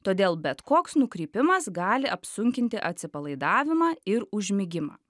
todėl bet koks nukrypimas gali apsunkinti atsipalaidavimą ir užmigimą